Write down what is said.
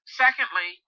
secondly